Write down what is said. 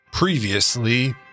Previously